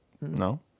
No